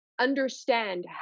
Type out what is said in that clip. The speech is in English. understand